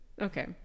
okay